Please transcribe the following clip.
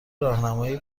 راهنمایی